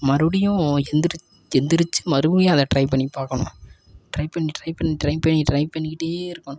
மறுபுடியும் எந்துருச் எழுந்துருச்சி மறுபடியும் அதை ட்ரை பண்ணி பார்க்கணும் ட்ரை பண்ணி ட்ரை பண்ணி ட்ரை பண்ணி ட்ரை பண்ணிகிட்டு இருக்கணும்